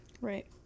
Right